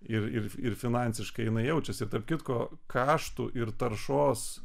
ir ir ir finansiškai jinai jaučiasi tarp kitko kaštų ir taršos